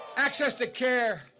access to care.